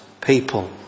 people